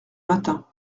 matin